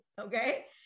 Okay